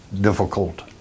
difficult